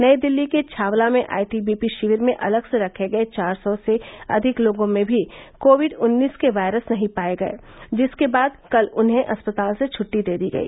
नई दिल्ली के छावला में आईटीबीपी शिविर में अलग से रखे गए चार सौ से अधिक लोगों में भी कोविड उन्नीस के वायरस नहीं पाये गये जिसके बाद कल उन्हें अस्पताल से छट्टी दे दी गई